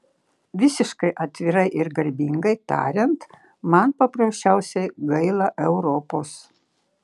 visiškai atvirai ir garbingai tariant man paprasčiausiai gaila europos